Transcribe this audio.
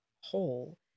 whole